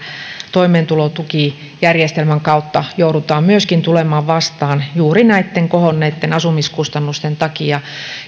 toimeentulotukijärjestelmän kautta joudutaan tulemaan vastaan juuri näitten kohonneitten asumiskustannusten takia